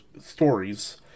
stories